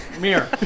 Mirror